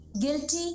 Guilty